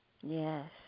Yes